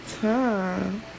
time